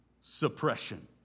suppression